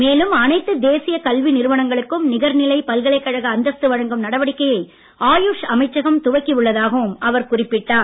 மேலும் அனைத்து தேசிய கல்வி நிறுவனங்களுக்கும் நிகர்நிலை பல்கலைக்கழக அந்தந்து வழங்கும் நடவடிக்கையில் ஆயுஷ் அமைச்சகம் துவக்கி உள்ளதாகவும் அவர் குறிப்பிட்டார்